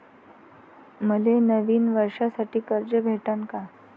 मले नवीन वर्षासाठी कर्ज भेटन का?